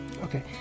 Okay